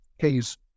case